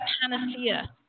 panacea